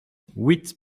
huit